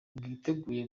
bwiteguye